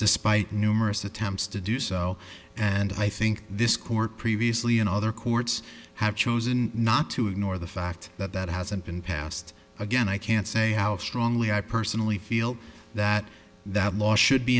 despite numerous attempts to do so and i think this court previously and other courts have chosen not to ignore the fact that that hasn't been passed again i can't say how strongly i personally feel that that law should be